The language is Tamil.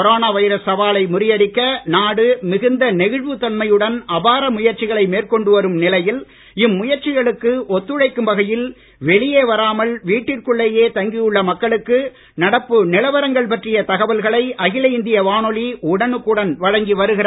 கொரோனா வைரஸ் சவாலை முறியடிக்க நாடு மிகுந்த நெகிழ்வுத் தன்மையுடன் அபார முயற்சிகளை மேற்கொண்டு வரும் நிலையில் இம்முயற்சிகளுக்கு ஒத்துழைக்கும் வகையில் வெளியே வராமல் வீட்டிற்குள்ளேயே தங்கியுள்ள மக்களுக்கு நடப்பு நிலவரங்கள் பற்றிய தகவல்களை அகில இந்திய வானொலி உடனுக்குடன் வழங்கி வருகிறது